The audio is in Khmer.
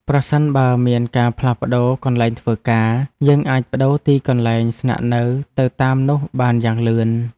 ប្រសិនបើមានការផ្លាស់ប្តូរកន្លែងធ្វើការ យើងអាចប្តូរទីកន្លែងស្នាក់នៅទៅតាមនោះបានយ៉ាងលឿន។